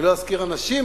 לא אזכיר אנשים,